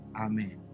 Amen